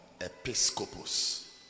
episcopus